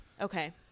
Okay